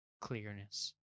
clearness